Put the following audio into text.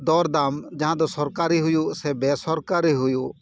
ᱫᱚᱨ ᱫᱟᱢ ᱡᱟᱦᱟᱸ ᱫᱚ ᱥᱚᱨᱠᱟᱨᱤ ᱦᱩᱭᱩᱜ ᱥᱮ ᱵᱮᱼᱥᱚᱨᱠᱟᱨᱤ ᱦᱩᱭᱩᱜ